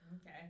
Okay